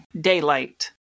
daylight